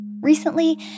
Recently